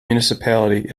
municipality